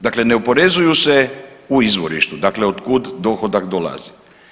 Dakle, ne oporezuju se u izvorištu dakle od kud dohodak dolazi.